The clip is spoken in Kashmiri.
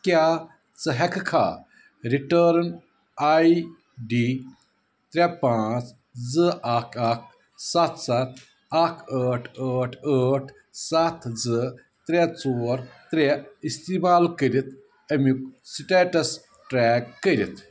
کیٛاہ ژٕ ہیٚکہٕ کھا رِٹٲرٕن آی ڈی ترٛےٚ پانٛژہ زٕ اکھ اَکھ سَتھ سَتھ اکھ ٲٹھ ٲٹھ ٲٹھ سَتھ زٕ ترٛےٚ ژور ترٛےٚ اِستعمال کٔرِتھ أمیٛک سِٹیٹس ٹرٛیک کٔرِتھ